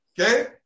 Okay